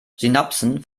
synapsen